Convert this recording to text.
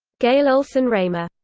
gayle olson-raymer,